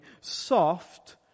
soft